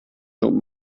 don’t